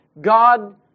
God